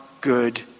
good